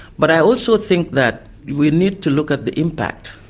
but i also think that we need to look at the impact,